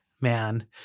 man –